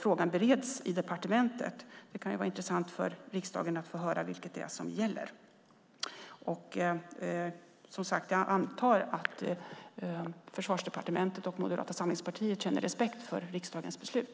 frågan bereds i departementet. Det kan vara intressant för riksdagen att få höra vilket det är som gäller. Jag antar att Försvarsdepartementet och Moderata samlingspartiet känner respekt för riksdagens beslut.